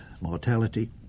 mortality